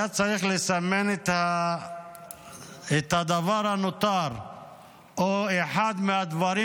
היה צריך לסמן את הדבר הנותר או את אחד הדברים